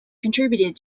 contributed